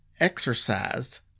exercised